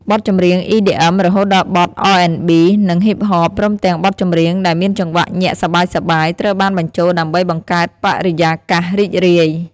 បទចម្រៀង អ៊ីឌីអឹម រហូតដល់បទ អរអេនប៊ី និង ហ៊ីបហប ព្រមទាំងបទចម្រៀងដែលមានចង្វាក់ញាក់សប្បាយៗ ត្រូវបានបញ្ចូលដើម្បីបង្កើតបរិយាកាសរីករាយ។